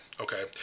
okay